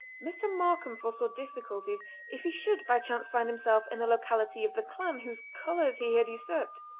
mr. markam foresaw difficulties if he should by chance find himself in the locality of the clan whose colours he had usurped.